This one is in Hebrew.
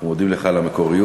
אנחנו מודים לך על המקוריות.